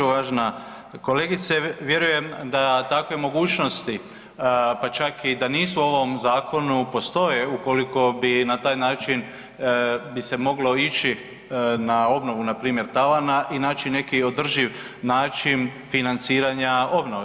Uvažena kolegice vjerujem da takve mogućnosti, pa čak i da nisu u ovom zakonu postoje ukoliko bi na taj način bi se moglo ići na obnovu npr. tavana i naći neki održiv način financiranja obnove.